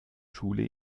schule